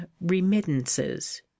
remittances